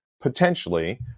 Potentially